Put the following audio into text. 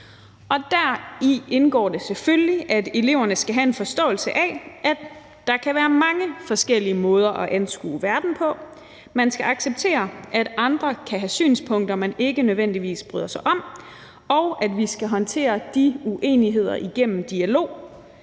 og deri indgår det selvfølgelig, at eleverne skal have en forståelse af, at der kan være mange forskellige måder at anskue verden på. Man skal acceptere, at andre kan have synspunkter, man ikke nødvendigvis bryder sig om, og at vi skal håndtere de uenigheder igennem dialog